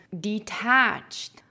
detached